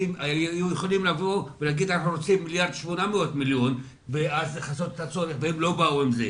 היינו יכולים לבוא ולהגיד: אנחנו רוצים 1,800,000 והם לא באו עם זה.